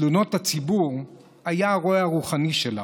תלונות הציבור היה הרועה הרוחני שלנו,